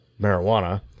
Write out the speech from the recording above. marijuana